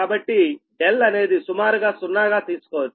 కాబట్టి δ అనేది సుమారుగా సున్నా గా తీసుకోవచ్చు